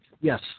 Yes